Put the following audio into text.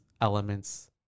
elements